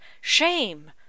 shame